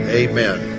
amen